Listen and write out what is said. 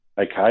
Okay